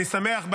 אני שמח,